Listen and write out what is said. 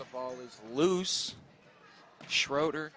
the ball is loose schroeder